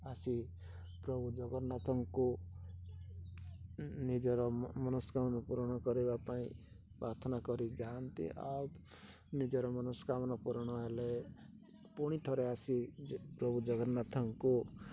ଆସି ପ୍ରଭୁ ଜଗନ୍ନାଥଙ୍କୁ ନିଜର ମନସ୍କାମନା ପୁରଣ କରିବା ପାଇଁ ପ୍ରାର୍ଥନା କରି ଯାଆନ୍ତି ଆଉ ନିଜର ମନସ୍କାମନା ପୂରଣ ହେଲେ ପୁଣି ଥରେ ଆସି ପ୍ରଭୁ ଜଗନ୍ନାଥଙ୍କୁ